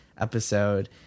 episode